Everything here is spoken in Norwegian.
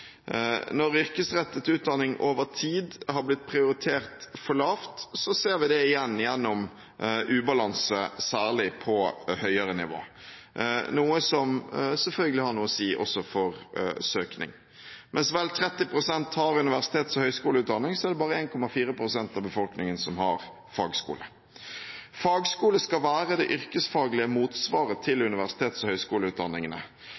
Når yrkesrettet utdanning over tid har blitt prioritert for lavt, ser vi det igjen gjennom ubalanse særlig på høyere nivå, noe som selvfølgelig har noe å si også for søkning. Mens vel 30 pst. har universitets- og høyskoleutdanning, er det bare 1,4 pst. av befolkningen som har fagskole. Fagskole skal være det yrkesfaglige motsvaret til